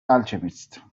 alchemist